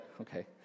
okay